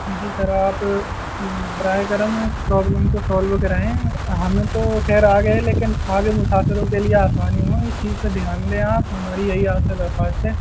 جی sir آپ براہ کرم پرابلم کو سالو کریں ہمیں تو خیر آ گئے لیکن آگے مسافروں کے لیے آسانی ہو اس چیز پہ دھیان دیں آپ ہماری یہی آپ سے درخواست ہے